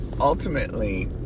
Ultimately